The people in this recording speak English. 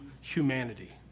humanity